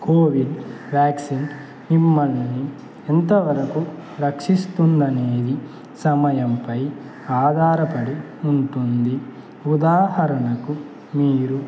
Covid vaccine మిమ్మల్ని ఎంతవరకు రక్షిస్తుందనేది సమయంపై ఆధారపడి ఉంటుంది ఉదాహరణకు మీరు